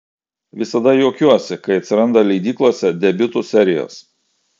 visada juokiuosi kai atsiranda leidyklose debiutų serijos